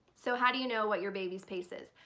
so how do you know what your baby's pace is?